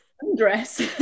undress